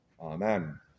Amen